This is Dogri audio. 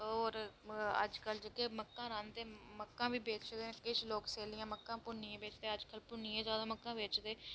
और अज्ज कल जेह्के मक्का रांह्दे न मक्कां बी बेचदे न किश लोग सैल्लियां मक्कां भुन्नियै बेचदे भुन्नियै जादा मक्कां बेचदे